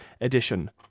edition